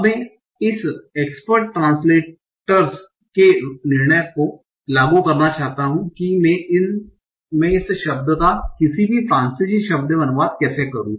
अब मैं इस एक्सपर्ट ट्रांस्लेटर expert translator's के निर्णय को लागू करना चाहता हूं कि मैं इस शब्द का किसी भी फ्रांसीसी शब्द में अनुवाद कैसे करूं